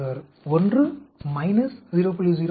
0166 1 0